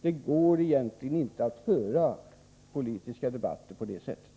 Det går egentligen inte att föra politiska debatter på det sättet.